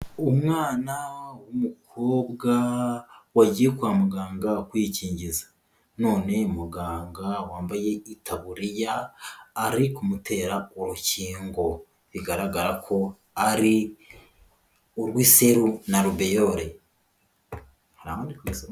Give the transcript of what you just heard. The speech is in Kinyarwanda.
Umwana w'umukobwa wagiye kwa muganga kwikingiza none muganga wambaye itaburiya ari kumutera urukingo, bigaragara ko ari urw'Iseru na Rubeyole.